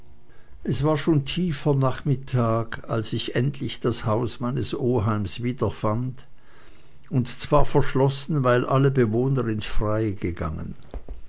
es war schon tiefer nachmittag als ich endlich das haus meines oheims wiederfand und zwar verschlossen weil alle bewohner ins freie gegangen